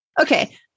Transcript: Okay